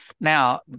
now